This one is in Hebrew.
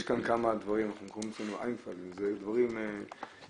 יש כאן כמה דברים --- זה דברים מיוחדים.